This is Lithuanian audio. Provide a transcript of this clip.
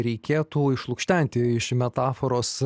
reikėtų išlukštenti iš metaforos